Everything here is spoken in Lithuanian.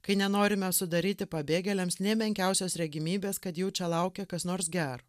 kai nenorime sudaryti pabėgėliams nė menkiausios regimybės kad jų čia laukia kas nors gero